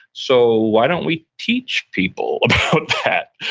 so why don't we teach people about that?